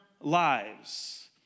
lives